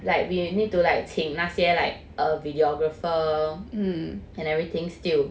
like we need to like 请那些 like a videographer and everything still